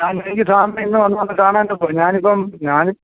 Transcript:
ആ എനിക്ക് സാർനേ ഇന്നുവന്ന് ഒന്ന് കാണാനൊക്കുമോ ഞാനിപ്പം ഞാനീ